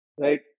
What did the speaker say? right